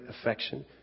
affection